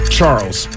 Charles